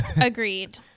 Agreed